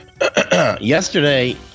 Yesterday